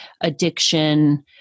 addiction